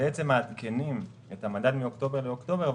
שמעדכנים את המדד מאוקטובר לאוקטובר,